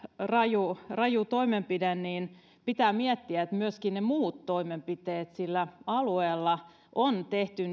raju raju toimenpide niin pitää miettiä onko myöskin ne muut toimenpiteet sillä alueella tehty